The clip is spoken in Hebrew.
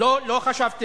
לא, לא חשבתם.